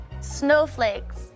snowflakes